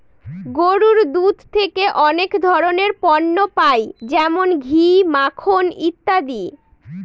গরুর দুধ থেকে অনেক ধরনের পণ্য পাই যেমন ঘি, মাখন ইত্যাদি